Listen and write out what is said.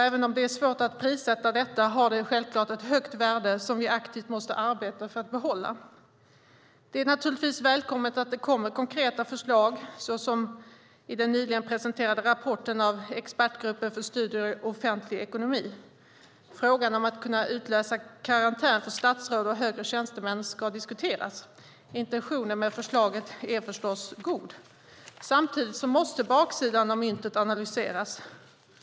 Även om det är svårt att prissätta detta har det självklart ett högt värde som vi aktivt måste arbeta för att behålla. Det är naturligtvis välkommet att det kommer konkreta förslag, såsom i den nyligen presenterade rapporten av Expertgruppen för studier i offentlig ekonomi. Frågan om att kunna utlösa karantän för statsråd och högre tjänstemän ska diskuteras. Intentionen med förslaget är förstås god. Samtidigt måste baksidan av myntet analyseras.